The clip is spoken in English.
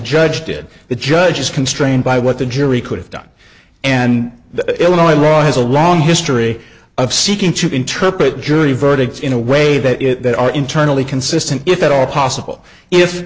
judge did the judge is constrained by what the jury could have done and the illinois law is a long history of seeking to interpret jury verdicts in a way that are internally consistent if at all possible if